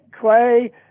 Clay